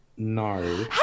No